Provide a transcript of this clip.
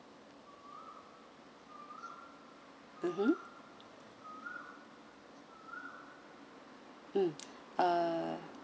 mmhmm mm uh